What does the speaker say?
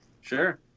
Sure